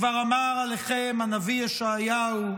כבר אמר עליכם הנביא ישעיהו: